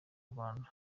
rwanda